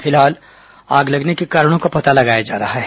फिलहाल आग लगने के कारणों का पता लगाया जा रहा है